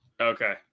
Okay